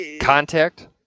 Contact